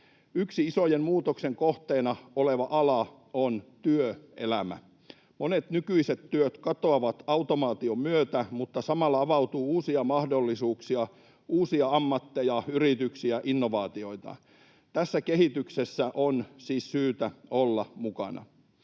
Yksi isojen muutosten kohteena oleva ala on työelämä. Monet nykyiset työt katoavat automaation myötä, mutta samalla avautuu uusia mahdollisuuksia, uusia ammatteja, yrityksiä, innovaatioita. Tässä kehityksessä on siis syytä olla mukana,